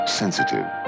sensitive